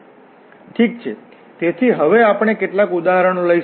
ઠીક છે તેથી હવે આપણે કેટલાક ઉદાહરણો લઈશું